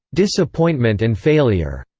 disappointment and failure,